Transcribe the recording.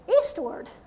eastward